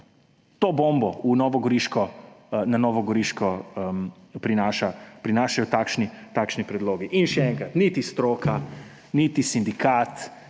To bombo na Novogoriško prinašajo takšni predlogi. Še enkrat, niti stroka, niti sindikat,